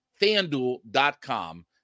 FanDuel.com